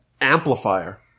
amplifier